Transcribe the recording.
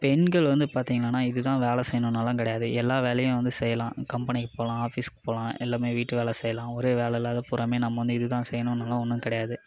பெண்கள் வந்து பார்த்திங்கன்னாணா இது தான் வேலை செய்யணுனாலா கிடையாது எல்லா வேலையும் வந்து செய்யலாம் கம்பெனிக்கு போகலாம் ஆஃபிசுக்கு போகலாம் எல்லாமே வீட்டு வேலை செய்யலாம் ஒரே வேலை இல்லைதா புராமே நம்ம வந்து இது தான் செய்யணுன்னுலாம் ஒன்றும் கிடையாது